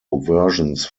versions